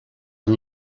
amb